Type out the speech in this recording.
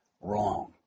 wrong